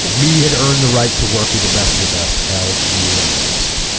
and we had earned the right to work with the best of the best hell we were the best